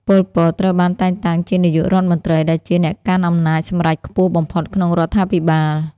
ប៉ុល ពត ត្រូវបានតែងតាំងជានាយករដ្ឋមន្ត្រី ដែលជាអ្នកកាន់អំណាចសម្រេចខ្ពស់បំផុតក្នុងរដ្ឋាភិបាល។